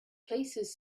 places